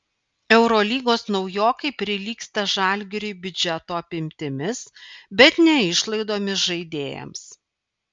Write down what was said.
eurolygos naujokai prilygsta žalgiriui biudžeto apimtimis bet ne išlaidomis žaidėjams